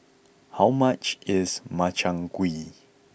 how much is Makchang Gui